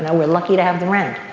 and we're lucky to have the rent.